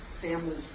family